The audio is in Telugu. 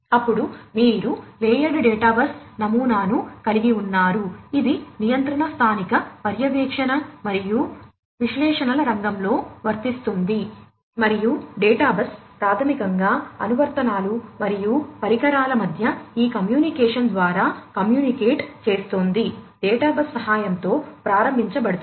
అప్పుడు మీరు లేయర్డ్ డేటా బస్ నమూనాను కలిగి ఉన్నారు ఇది నియంత్రణ స్థానిక పర్యవేక్షణ మరియు విశ్లేషణల రంగంలో వర్తిస్తుంది మరియు డేటాబేస్ ప్రాథమికంగా అనువర్తనాలు మరియు పరికరాల మధ్య ఈ కమ్యూనికేషన్ ద్వారా కమ్యూనికేట్ చేస్తుంది డేటా బస్ సహాయంతో ప్రారంభించబడుతుంది